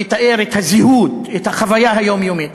המתאר את הזהות, את החוויה היומיומית.